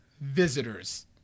visitors